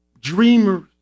dreamers